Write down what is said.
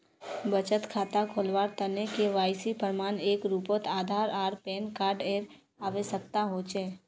बचत खता खोलावार तने के.वाइ.सी प्रमाण एर रूपोत आधार आर पैन कार्ड एर आवश्यकता होचे